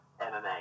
MMA